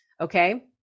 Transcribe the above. Okay